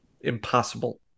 Impossible